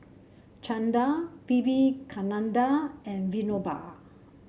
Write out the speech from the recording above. Chanda Vivekananda and Vinoba